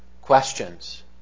questions